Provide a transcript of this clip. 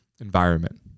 environment